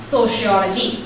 Sociology